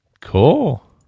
cool